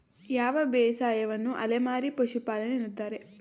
ಯಾವ ಬೇಸಾಯವನ್ನು ಅಲೆಮಾರಿ ಪಶುಪಾಲನೆ ಎನ್ನುತ್ತಾರೆ?